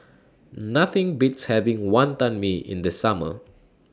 Nothing Beats having Wonton Mee in The Summer